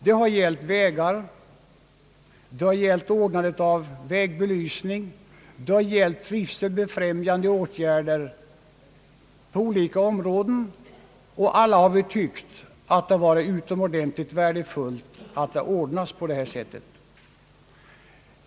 Det har gällt vägar och ordnandet av vägbelysning, det har gällt trivselbefrämjande åtgärder på olika områden, och alla har vi tyckt att det varit utomordentligt värdefullt att det har ordnats på detta sätt.